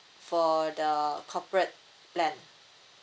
for the corporate plan